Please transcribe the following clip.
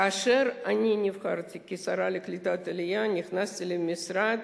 כאשר נבחרתי לשרה לקליטת העלייה ונכנסתי למשרד,